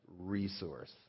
resource